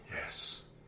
Yes